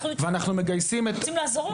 אנחנו אתכם, אנחנו רוצים לעזור לכם.